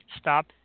stop